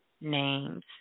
Names